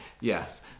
Yes